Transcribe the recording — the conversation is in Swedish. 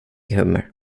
hummer